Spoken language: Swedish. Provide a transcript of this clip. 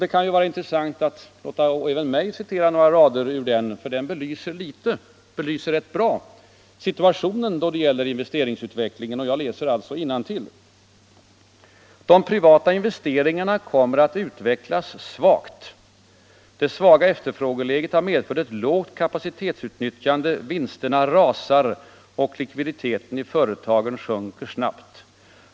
Det må vara tillåtet även för mig att citera några rader ur den rapporten, för den belyser rätt bra situationen då det gäller investeringsutvecklingen. ”De privata investeringarna kommer att utvecklas svagt. Det svaga efterfrågeläget har medfört ett lågt kapacitetsutnyttjande, vinsterna rasar, och likviditeten i företagen sjunker snabbt.